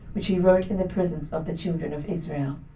which he wrote in the presence of the children of israel.